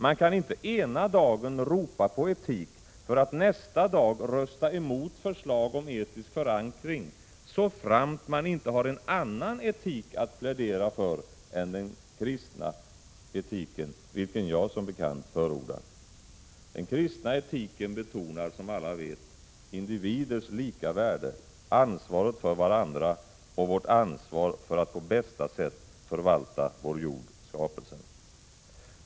Man kan inte ena dagen ropa på etik för att nästa dag rösta emot förslag om etisk förankring, så framt man inte har en annan etik att plädera för än den kristna etiken, vilken jag som bekant förordar. Den kristna etiken betonar som alla vet individers lika värde, ansvaret för varandra och vårt ansvar för att på bästa sätt förvalta vår jord, skapelsen.